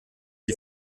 die